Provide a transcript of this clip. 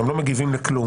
הם לא מגיבים לכלום.